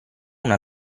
una